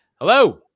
Hello